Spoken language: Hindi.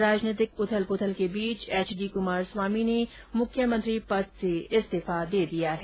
राजनीतिक उथल पुथल के बीच एच डी कुमार स्वामी ने मुख्यमंत्री पद से इस्तीफा दे दिया है